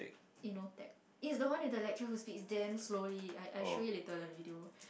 tech eh it's the one is the lecturer who speak damn slowly I I show you later the video